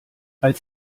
als